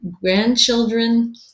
grandchildren